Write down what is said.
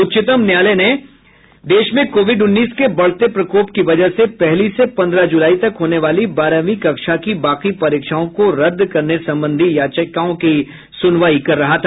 उच्च्तम न्यायालय देश में कोविड उन्नीस के बढ़ते प्रकोप की वजह से पहली से पंद्रह जुलाई तक होने वाली बारहवीं कक्षा की बाकी परीक्षाओं को रद्द करने संबंधी याचिकाओं की सुनवाई कर रहा था